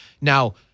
Now